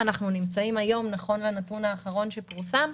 אנחנו נמצאים היום נכון לנתון האחרון שפורסם,